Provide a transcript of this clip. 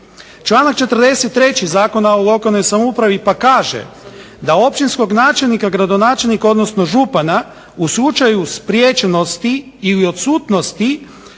Članak 43. Zakona o lokalnoj samoupravi pa kaže da općinskog načelnika, gradonačelnika, odnosno župana u slučaju spriječenosti ili odsutnosti